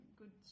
good